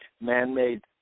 man-made